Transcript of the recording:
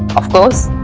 of course.